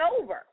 over